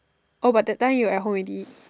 oh but that time you were at home already